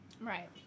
Right